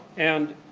and